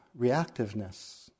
reactiveness